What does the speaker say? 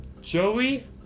Joey